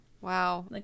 Wow